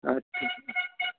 আচ্ছা